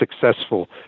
successful